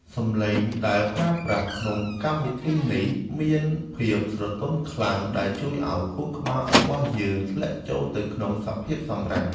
សំឡេងដែលប្រើប្រាស់ក្នុងកម្មវិធីនេះមានភាពស្រទន់ខ្លាំងដែលអាចជួយឱ្យខួរក្បាលរបស់យើងធ្លាក់ចូលទៅក្នុងសភាពសម្រាក។